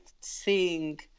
seeing